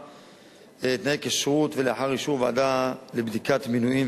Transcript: תנאי כשירות ולאחר אישור ועדה לבדיקת מינויים.